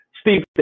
steve